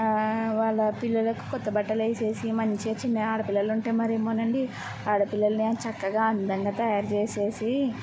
వాళ్ళ పిల్లలకు కొత్త బట్టలు వేసేసి మంచిగా చిన్న ఆడపిల్లలు ఉంటే మరేమోనండి ఆడపిల్లలని చక్కగా అందంగా తయారుజేసేసి